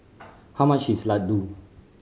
how much is laddu